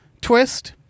twist